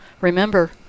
Remember